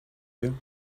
you